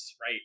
right